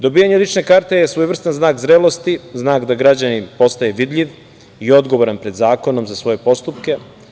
Dobijanjem lične karte je svojevrstan znak zrelosti, znak da građanin postaje vidljiv i odgovoran pred zakonom za svoje postupke.